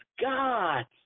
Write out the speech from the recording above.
God